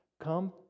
come